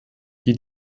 die